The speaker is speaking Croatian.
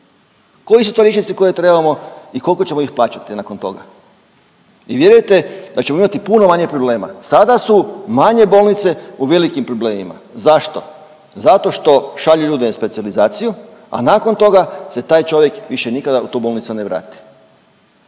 Koji su to liječnici koje trebamo i koliko ćemo ih plaćati nakon toga? I vjerujte da ćemo imati puno manje problema. Sada su manje bolnice u velikim problemima. Zašto? Zato što šalju ljude na specijalizaciju, a nakon toga se taj čovjek više nikada u tu bolnicu ne vrati.